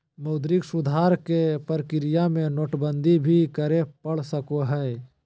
मौद्रिक सुधार के प्रक्रिया में नोटबंदी भी करे पड़ सको हय